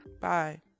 Bye